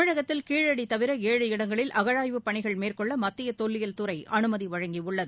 தமிழகத்தில் கீழடி தவிர ஏழு இடங்களில் அகழாய்வு பணிகள் மேற்கொள்ள மத்திய தொல்லியல் துறை அனுமதி வழங்கியுள்ளது